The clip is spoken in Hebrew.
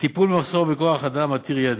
הטיפול במחסור בכוח-אדם עתיר ידע,